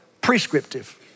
prescriptive